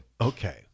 Okay